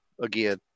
again